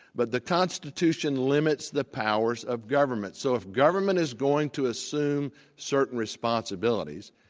but the constitution limits the powers of government. so if government is going to assume certain responsibilities,